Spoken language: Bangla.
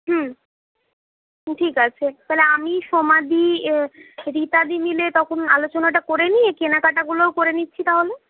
ঠিক আছে তাহলে আমি সোমাদি রীতাদি মিলে তখন আলোচনাটা করেনি কেনাকাটাগুলোও করে নিচ্ছি তাহলে